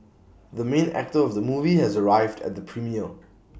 the main actor of the movie has arrived at the premiere